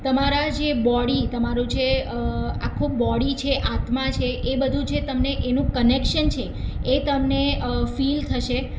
તમારા જે બોડી તમારું છે આખું બોડી છે આત્મા છે એ બધું છે તમને એનું કનેક્શન છે એ તમને ફીલ થશે